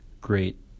great